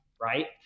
right